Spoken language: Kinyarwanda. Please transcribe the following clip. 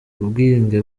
ubwiyunge